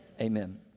Amen